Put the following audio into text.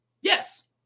Yes